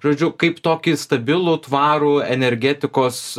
žodžiu kaip tokį stabilų tvarų energetikos